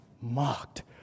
mocked